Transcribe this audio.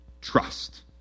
Trust